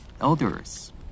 elders